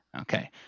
Okay